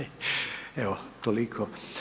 Evo, toliko.